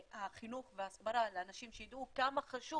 והחינוך וההסברה לאנשים, שידעו כמה חשוב